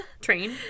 Train